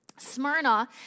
Smyrna